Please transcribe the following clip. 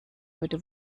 heute